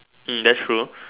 um that's true